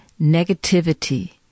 negativity